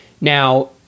Now